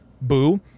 boo